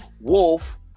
Wolf